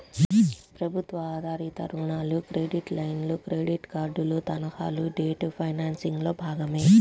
ప్రభుత్వ ఆధారిత రుణాలు, క్రెడిట్ లైన్లు, క్రెడిట్ కార్డులు, తనఖాలు డెట్ ఫైనాన్సింగ్లో భాగమే